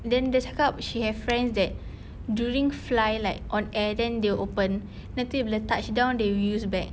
then dia cakap she have friends that during flight like on air then they open then after bila touchdown they will use back